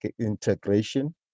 integration